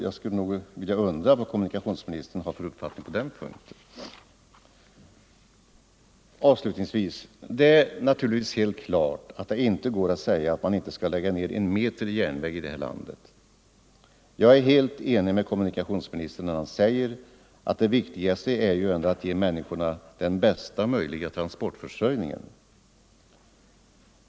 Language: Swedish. Jag undrar vad kommunikationsministern har för uppfattning på den punkten. Det är avslutningsvis självklart att det inte går att säga att man inte skall lägga ner en meter järnväg i det här landet. Jag är helt ense med kommunikationsministern när han säger att det viktigaste ju ändå är att ge människorna den bästa möjliga transportförsörjningen.